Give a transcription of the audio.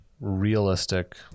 realistic